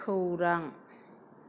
खौरां